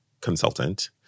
consultant